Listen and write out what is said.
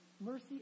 mercy